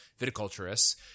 viticulturists